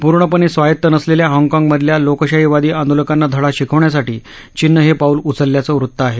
पूर्णपणे स्वायत नसलेल्या हाँगकाँगमधल्या लोकशाहीवादी आंदोलकांना धडा शिकवण्यासाठी चीननं हे पाऊल उचलल्याचं वृत्त आहे